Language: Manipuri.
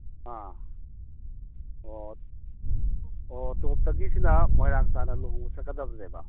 ꯑꯥ ꯑꯣ ꯑꯣ ꯇꯣꯞꯇꯒꯤꯁꯤꯅ ꯃꯣꯏꯔꯥꯡ ꯇꯥꯟꯅ ꯂꯨꯍꯣꯡꯕ ꯆꯠꯀꯗꯕꯅꯦꯕ